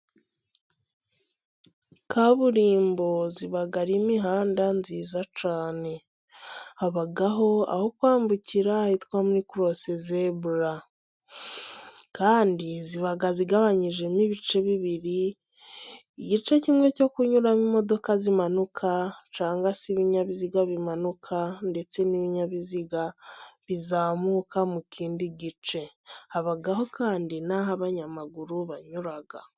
Kaburimbo iba ari imihanda myiza cyane habaho aho kwambukira hitwa muri korosi zebura, kandi iba igabanyijemo ibice bibiri. Igice kimwe cyo kunyuramo imodoka zimanuka cyangwa se ibinyabiziga bimanuka, ndetse n'ibinyabiziga bizamuka mu kindi gice. Habaho kandi n'aho abanyamaguru banyura.